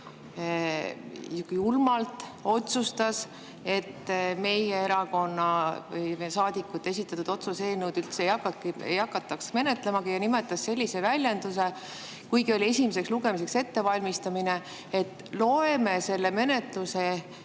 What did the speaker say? julmalt otsustas, et meie erakonna saadikute esitatud otsuse eelnõu üldse ei hakatagi menetlema, ja kasutas sellist väljendit, kuigi oli esimeseks lugemiseks ettevalmistamine, et loeme selle menetluse